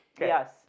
Yes